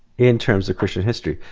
in terms of christian history.